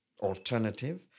alternative